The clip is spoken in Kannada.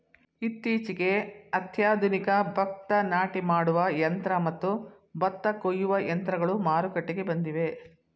ಇತ್ತೀಚೆಗೆ ಅತ್ಯಾಧುನಿಕ ಭತ್ತ ನಾಟಿ ಮಾಡುವ ಯಂತ್ರ ಮತ್ತು ಭತ್ತ ಕೊಯ್ಯುವ ಯಂತ್ರಗಳು ಮಾರುಕಟ್ಟೆಗೆ ಬಂದಿವೆ